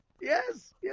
yes